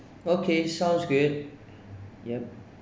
okay sounds good yup